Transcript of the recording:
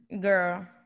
girl